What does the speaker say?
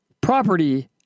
property